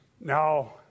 now